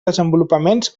desenvolupaments